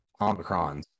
Omicrons